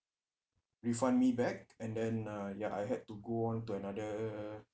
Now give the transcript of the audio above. refund me back and then uh ya I had to go on to another